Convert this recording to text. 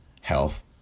health